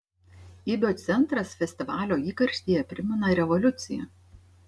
ibio centras festivalio įkarštyje primena revoliuciją